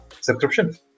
Subscription